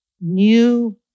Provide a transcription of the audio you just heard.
new